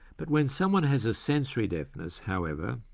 but when someone has a sensory deafness, however,